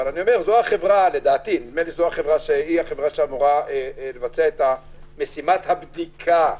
אבל אני אומר שנדמה לי שזו החברה שאמורה לבצע את משימת הבדיקה.